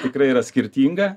tikrai yra skirtinga